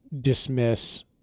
dismiss